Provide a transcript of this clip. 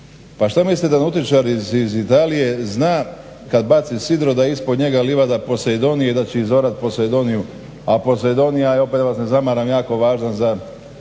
Pa šta mislite da nautičar iz Italije zna kada baci sidro da je ispod njega livada Posejdonija i da će izorati POsejdoniju, a POsejdonija je opet da vas ne zamaram jako važan za